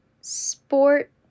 sport